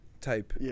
Type